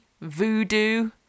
voodoo